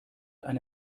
eine